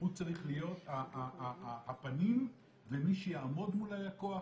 הוא צריך להיות הפנים ומי שיעמוד מול הלקוח,